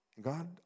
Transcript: God